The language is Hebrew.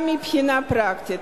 גם מבחינה פרקטית,